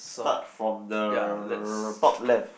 start from the top left